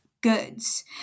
goods